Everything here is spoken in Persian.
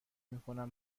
میکنم